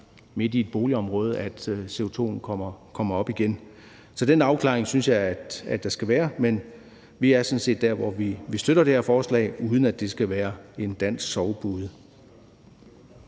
midt i et boligområde, at CO2'en komme op igen. Så den afklaring synes jeg der skal være. Men vi er sådan set der, hvor vi støtter det her forslag, uden at det skal være en dansk sovepude.